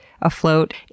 afloat